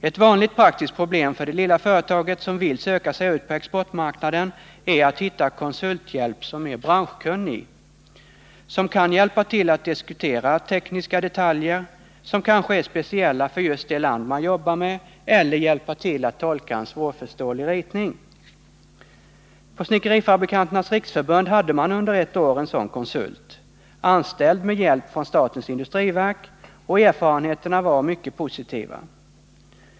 Ett vanligt praktiskt problem för det lilla företaget som vill söka sig ut på exportmarknaden är att hitta konsulthjälp som är branschkunnig — som kan hjälpa till att diskutera tekniska detaljer, vilka kanske är speciella för just det land man jobbar med, eller hjälpa till att tolka en svårförståelig ritning. På Snickerifabrikanternas riksförbund hade man under ett år en sådan konsult, anställd med hjälp från statens industriverk, och erfarenheterna var mycket positiva.